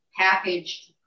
packaged